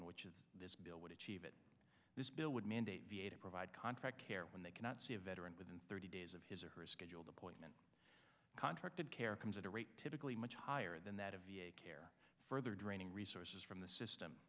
in which is this bill would achieve it this bill would mandate v a to provide contract care when they cannot see a veteran within thirty days of his or her scheduled appointment contracted care comes at a rate typically much higher than that of v a care further draining resources from the